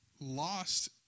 lost